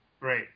Right